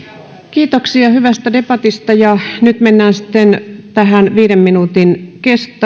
kiitoksia hyvästä debatista nyt mennään sitten viiden minuutin